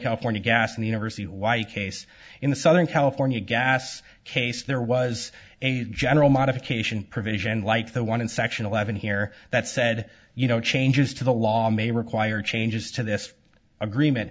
california gas and university why a case in the southern california gas case there was a general modification provision like the one in section eleven here that said you know changes to the law may require changes to this agreement